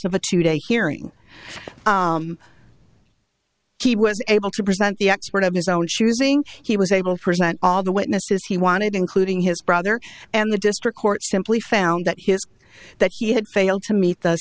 of a two day hearing he was able to present the expert of his own choosing he was able to present all the witnesses he wanted including his brother and the district court simply found that his that he had failed to meet th